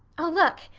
oh, look,